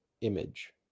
image